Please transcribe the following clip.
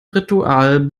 ritual